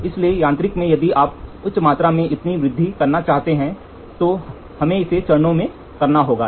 इसलिए यांत्रिक में यदि आप उच्च मात्रा में इतनी वृद्धि करना चाहते हैं तो हम इसे चरणों में करते हैं